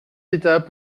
d’état